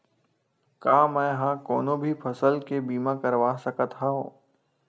का मै ह कोनो भी फसल के बीमा करवा सकत हव?